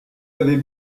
avait